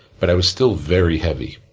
but i was still very heavy,